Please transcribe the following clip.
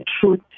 truth